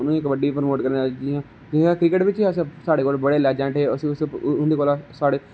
उनें कबड्डी गी प्रमोट करना जियां क्रिकेट बिच नेईं अस आखदे साढ़े कोल बडे़ लिजेंड हे अस उंदे कोला साढ़े